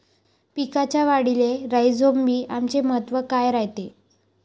पिकाच्या वाढीले राईझोबीआमचे महत्व काय रायते?